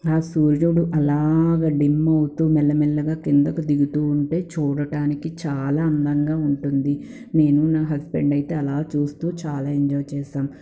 సూర్యుడు అలాగ డిమ్ అవుతూ మెల్లమెల్లగా కిందకు దిగుతూ ఉంటే చూడటానికి చాలా అందంగా ఉంటుంది నేను నా హస్బెండ్ అయితే అలా చూస్తూ చాలా ఎంజాయ్ చేశాం